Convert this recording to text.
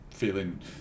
feeling